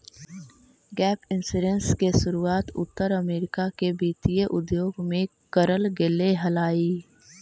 gap insurance के शुरुआत उत्तर अमेरिका के वित्तीय उद्योग में करल गेले हलाई